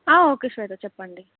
okay సరే చెప్పండి